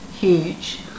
huge